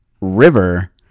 River